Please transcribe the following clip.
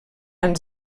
amb